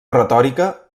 retòrica